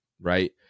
right